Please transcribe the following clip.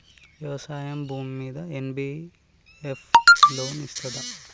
వ్యవసాయం భూమ్మీద NBFS loan ఇస్తదా?